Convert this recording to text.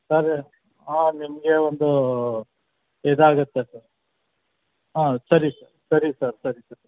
ಸರಿ ಆಂ ನಿಮಗೆ ಒಂದು ಇದಾಗುತ್ತೆ ಸರ್ ಹಾಂ ಸರಿ ಸರ್ ಸರಿ ಸರ್ ಸರಿ ಸರ್